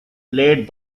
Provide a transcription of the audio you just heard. played